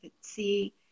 see